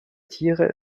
tiere